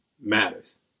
matters